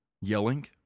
yelling